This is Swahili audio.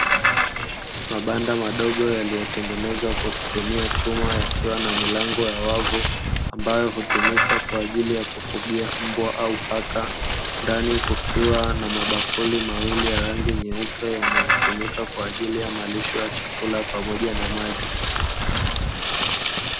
Mabanda madogo yaliyotengenezwa kwa kutumia chuma, yakiwa na milango ya wavu, ambayo hutumika kwa ajili ya kufugia mbwa au paka, ndani kukiwa na mabakuli mawili ya rangi nyeupe, yanayotumika kwa ajili ya malisho ya chakula pamoja na maji.